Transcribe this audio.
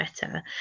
better